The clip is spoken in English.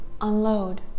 unload